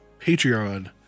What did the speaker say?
Patreon